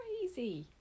crazy